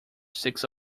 six